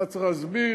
אתה צריך להסביר,